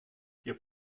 hier